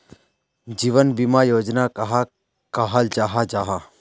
जीवन बीमा योजना कहाक कहाल जाहा जाहा?